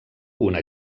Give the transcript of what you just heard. una